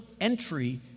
entry